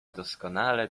doskonale